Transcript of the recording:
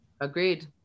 Agreed